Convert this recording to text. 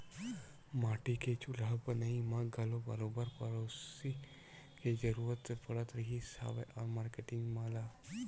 माटी के चूल्हा बनई म घलो बरोबर पेरोसी के जरुरत पड़त रिहिस हवय मारकेटिंग मन ल